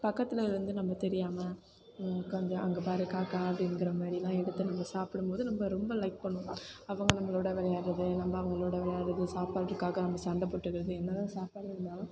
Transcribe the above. பக்கத்தில் இருந்து நம்ம தெரியாமல் உட்காந்து அங்கே பார் காக்கா அப்படிங்கிற மாதிரி எல்லாம் எடுத்து நம்ம சாப்பிடும் போது நம்ம ரொம்ப லைக் பண்ணுவோம் அவங்க நம்மளோட விளையாடுறது நம்ம அவங்களோட விளையாடுறது சாப்பாட்டுக்காக அவங்க சண்டை போட்டுக்கிறது என்ன தான் சாப்பாடு இருந்தாலும்